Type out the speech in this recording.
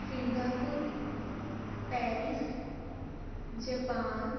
Singapore Paris Japan